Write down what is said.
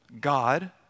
God